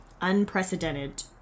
unprecedented